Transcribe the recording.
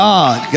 God